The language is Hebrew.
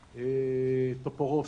טופורובסקי.